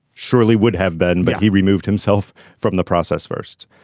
surely would have been but he removed himself from the process first.